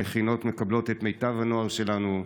המכינות מקבלות את מיטב הנוער שלנו,